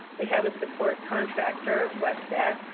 we have a support contractor, westat.